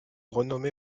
renommé